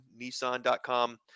nissan.com